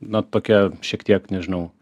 na tokia šiek tiek nežinau